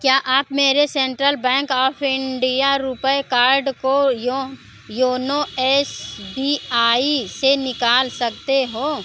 क्या आप मेरे सेंट्रल बैंक ऑफ़ इंडिया रुपये कार्ड को यो योनो एस बी आई से निकाल सकते हो